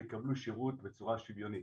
יקבלו שירות בצורה שוויונית,